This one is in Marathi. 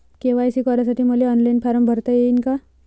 के.वाय.सी करासाठी मले ऑनलाईन फारम भरता येईन का?